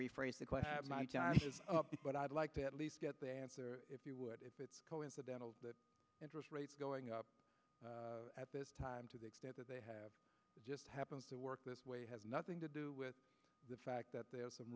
rephrase the question but i'd like to at least get the answer if you would if it's coincidental that interest rates going up at this time to the extent that they have just happens to work this way has nothing to do with the fact that there are some